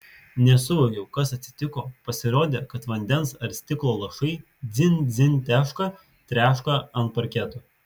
nesuvokiau kas atsitiko pasirodė kad vandens ar stiklo lašai dzin dzin teška treška ant parketo